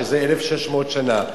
שזה 1,600 שנה,